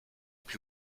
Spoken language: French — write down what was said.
plus